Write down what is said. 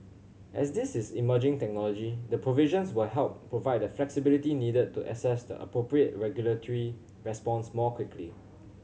as this is emerging technology the provisions will help provide the flexibility needed to assess the appropriate regulatory response more quickly